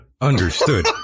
Understood